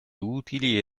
utili